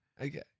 Okay